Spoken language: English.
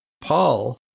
Paul